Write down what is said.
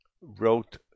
wrote